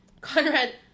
Conrad